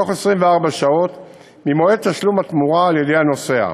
בתוך 24 שעות ממועד תשלום התמורה על-ידי הנוסע,